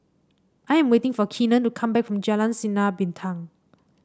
I am waiting for Keenen to come back from Jalan Sinar Bintang